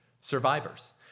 survivors